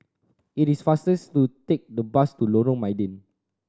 it is faster to take the bus to Lorong Mydin